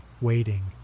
waiting